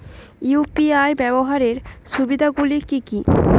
UPI ব্যাবহার সুবিধাগুলি কি কি?